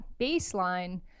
baseline